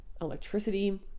electricity